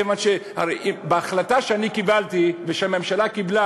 כיוון שההחלטה שאני קיבלתי והממשלה קיבלה,